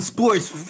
Sports